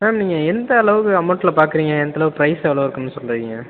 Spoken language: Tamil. மேம் நீங்கள் எந்த அளவுக்கு அமௌண்ட்டில் பார்க்குறீங்க எந்த அளவுக்கு பிரைஸ் எவ்வளோ இருக்கணுன்னு சொல்லுறீங்க